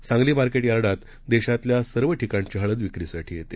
Sangli market यार्डात देशातल्या सर्व ठिकाणची हळद विक्रीसाठी येते